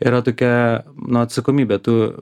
yra tokia nu atsakomybė tu